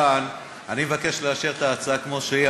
אני מבקש לאשר את ההצעה כמו שהיא.